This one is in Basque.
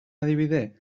adibide